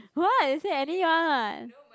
what you say any one [what]